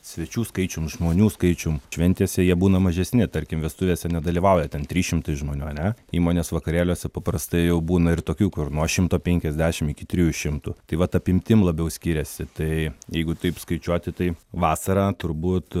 svečių skaičium žmonių skaičium šventėse jie būna mažesni tarkim vestuvėse nedalyvauja ten trys šimtai žmonių ane įmonės vakarėliuose paprastai jau būna ir tokių kur nuo šimto penkiasdešim iki trijų šimtų tai vat apimtim labiau skiriasi tai jeigu taip skaičiuoti tai vasarą turbūt